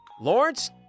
Lawrence